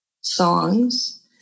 songs